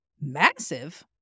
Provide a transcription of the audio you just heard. massive